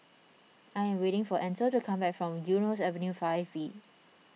I am waiting for Ansel to come back from Eunos Avenue five B